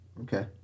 Okay